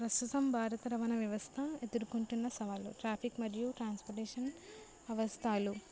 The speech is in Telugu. ప్రస్తుతం భారత రవాణా వ్యవస్థ ఎదురుకుంటున్న సవాళ్ళు ట్రాఫిక్ మరియు ట్రాన్స్పోర్టేషన్ అవస్థలు